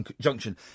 Junction